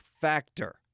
Factor